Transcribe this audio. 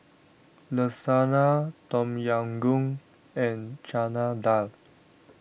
Lasagna Tom Yam Goong and Chana Dal